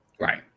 right